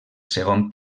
segon